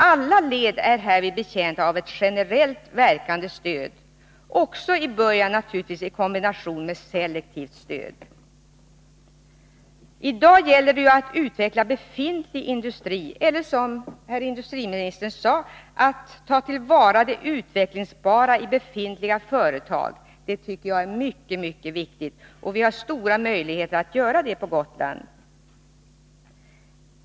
Alla led är härvid betjänta av ett generellt verkande stöd — i början naturligtvis i kombination med ett selektivt stöd. I dag gäller det ju att utveckla befintlig industri eller, som herr industriministern sade, att ta till vara det utvecklingsbara i befintliga företag. Det tycker jag är mycket viktigt, och vi har stora möjligheter att göra det på Gotland.